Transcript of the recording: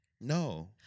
No